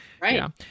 right